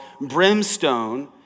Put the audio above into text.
brimstone